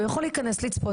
הוא יכול להיכנס לצפות,